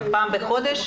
לדווח לוועדה פעם בחודש.